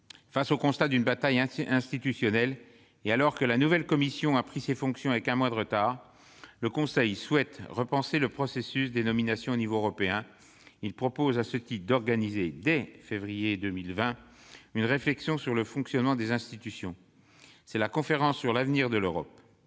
le constat d'une bataille institutionnelle, et alors que la nouvelle Commission européenne a pris ses fonctions avec un mois de retard, le Conseil souhaite repenser le processus des nominations à l'échelon européen. Il propose à ce titre d'organiser dès le mois de février 2020 une réflexion sur le fonctionnement des institutions : c'est la conférence sur l'avenir de l'Europe.